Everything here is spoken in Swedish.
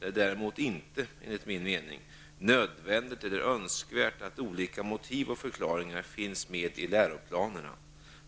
Det är däremot inte, enligt min mening, nödvändigt eller önskvärt att olika motiv och förklaringar finns med i läroplanerna.